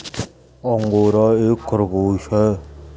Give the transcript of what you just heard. angora एक खरगोश है